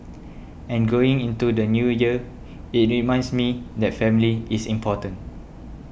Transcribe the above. and going into the New Year it reminds me that family is important